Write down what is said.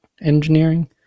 engineering